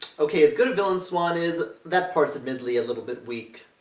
okay, as good a villain swan is, that part's admittedly a little bit weak.